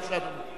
בבקשה, אדוני.